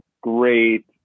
great